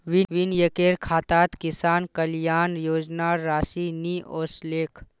विनयकेर खातात किसान कल्याण योजनार राशि नि ओसलेक